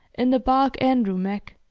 in the barque andrew mack.